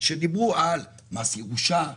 כמו מס ירושה,